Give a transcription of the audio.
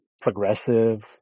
progressive